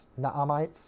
Naamites